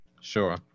sure